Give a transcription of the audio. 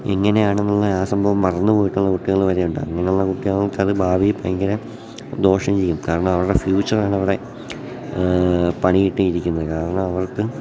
എങ്ങനെയാണെന്നുള്ള ആ സംഭവം മറന്നു പോയിട്ടുള്ള കുട്ടികൾ വരെയുണ്ട് അങ്ങനെയുള്ള കുട്ടികൾക്കത് ഭാവി ഭയങ്കര ദോഷം ചെയ്യും കാരണം അവരുടെ ഫ്യൂച്ചറാണവിടെ പണി കിട്ടി ഇരിക്കുന്നത് കാരണം അവർക്ക്